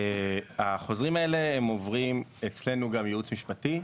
החוזרים האלה עוברים אצלנו גם יעוץ משפטי.